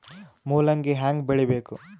ಮೂಲಂಗಿ ಹ್ಯಾಂಗ ಬೆಳಿಬೇಕು?